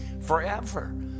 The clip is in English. forever